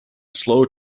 slow